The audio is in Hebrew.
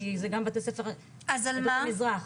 כי זה גם בתי ספר מעדות המזרח,